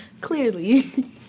Clearly